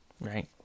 right